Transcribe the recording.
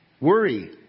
Worry